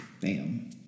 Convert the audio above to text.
Bam